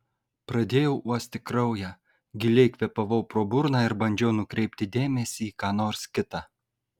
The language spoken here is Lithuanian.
pradėjau uosti kraują giliai kvėpavau pro burną ir bandžiau nukreipti dėmesį į ką nors kita